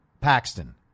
Paxton